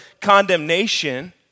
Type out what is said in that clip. condemnation